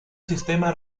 sistema